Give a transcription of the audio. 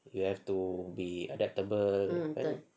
we have to be adaptable